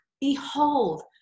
Behold